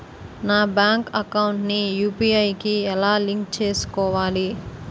నా bank account ని UPI కి ఎలా లింక్ చేసుకోవాలి?